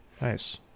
nice